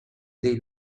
dei